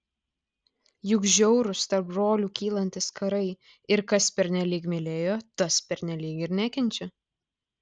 juk žiaurūs tarp brolių kylantys karai ir kas pernelyg mylėjo tas pernelyg ir nekenčia